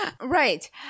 Right